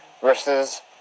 versus